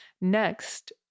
Next